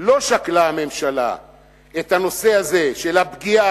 לא שקלה הממשלה את הנושא הזה של הפגיעה